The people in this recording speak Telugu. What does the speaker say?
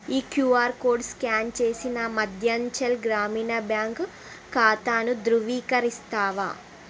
ఈ క్యూఆర్ కోడ్ స్కాన్ చేసి నా మధ్యాంచల్ గ్రామీణ బ్యాంక్ ఖాతాను ధృవీకరిస్తావా